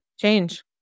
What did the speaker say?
Change